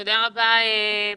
פרופ'